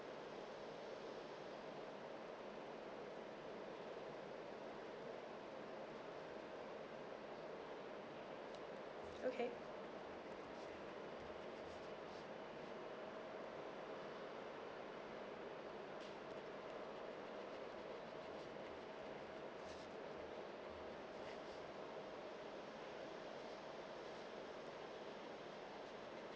okay